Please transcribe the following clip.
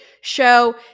show